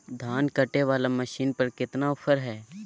धान कटे बाला मसीन पर कतना ऑफर हाय?